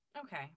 Okay